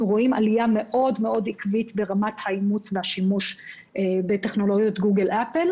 רואים עלייה מאוד עקבית ברמת האימוץ והשימוש בטכנולוגיות שלהם.